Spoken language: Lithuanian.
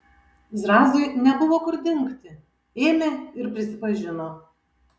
zrazui nebuvo kur dingti ėmė ir prisipažino